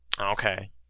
Okay